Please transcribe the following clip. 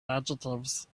adjectives